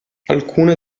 alcune